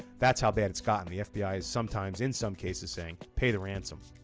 that's how bad it's gotten. the fbi is sometimes, in some cases, saying pay the ransom.